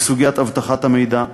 על סוגיית אבטחת המידע,